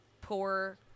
poor